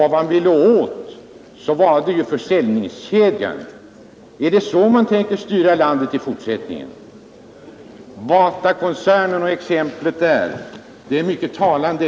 Vad Batakoncernen ville åt var ju försäljningskedjan. Är det så man tänker styra landet i fortsättningen? Exemplet med Batakoncernen är mycket talande.